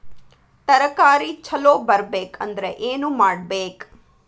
ತರಕಾರಿ ಛಲೋ ಬರ್ಬೆಕ್ ಅಂದ್ರ್ ಏನು ಮಾಡ್ಬೇಕ್?